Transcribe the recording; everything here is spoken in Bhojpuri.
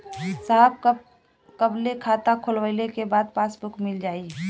साहब कब ले खाता खोलवाइले के बाद पासबुक मिल जाई?